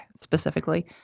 Specifically